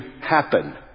happen